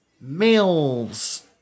males